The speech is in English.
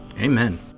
Amen